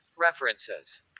References